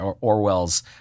Orwell's